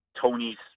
Tony's